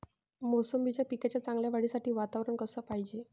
मोसंबीच्या पिकाच्या चांगल्या वाढीसाठी वातावरन कस पायजे?